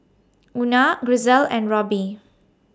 Una Grisel and Roby